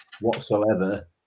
whatsoever